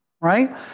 right